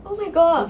oh my god